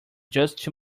just